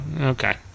Okay